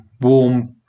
warm